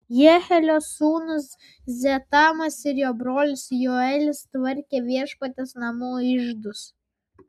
jehielio sūnūs zetamas ir jo brolis joelis tvarkė viešpaties namų iždus